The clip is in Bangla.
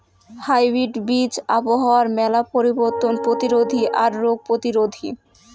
হাইব্রিড বীজ আবহাওয়ার মেলা পরিবর্তন প্রতিরোধী আর রোগ প্রতিরোধী